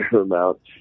amount